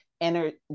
energy